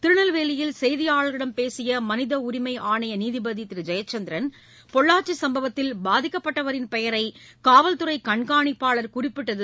திருநெல்வேலியில் செய்தியாளர்களிடம் பேசியமனிதஉரிமைஆணையநீதிபதிஜெயச்சந்திரன் பொள்ளாச்சிசம்பவத்தில் பாதிக்கப்பட்டவரின் பெயரைகாவல்துறைகண்கானிப்பாளர் குறிப்பிட்டது